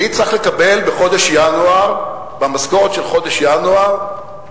אני צריך לקבל במשכורת חודש ינואר,